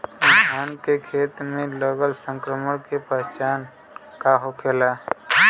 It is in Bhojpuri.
धान के खेत मे लगल संक्रमण के पहचान का होखेला?